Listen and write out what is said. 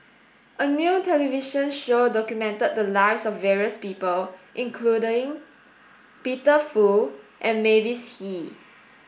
a new television show documented the lives of various people including Peter Fu and Mavis Hee